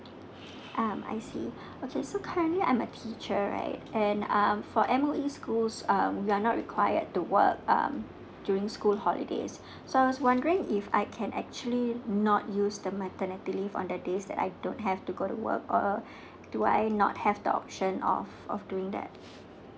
um I see okay so currently I'm a teacher right and um for M_O_E schools um we are not required to work um during school holidays so I was wondering if I can actually not use the maternity leaves on the days that I don't have to go to work or do I not have the option of of doing that